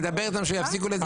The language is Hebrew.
כדי לדבר איתם שיפסיקו לזייף.